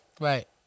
Right